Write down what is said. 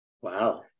Wow